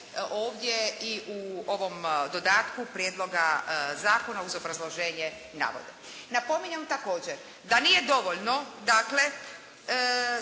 ovdje i u ovom dodatku Prijedloga zakona uz obrazloženje navode. Napominjem također da nije dovoljno dakle